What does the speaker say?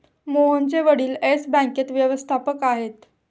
मोहनचे वडील येस बँकेत व्यवस्थापक आहेत